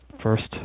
first